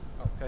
Okay